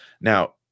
Now